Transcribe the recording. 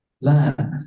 land